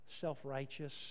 self-righteous